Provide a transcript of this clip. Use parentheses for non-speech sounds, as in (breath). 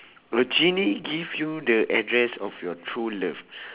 a genie give you the address of your true love (breath)